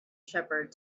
shepherd